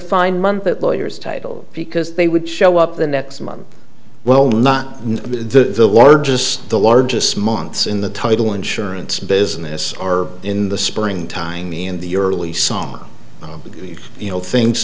fine month at lawyers title because they would show up the next month well not the largest the largest months in the title insurance business are in the spring time ie in the early song with the you know things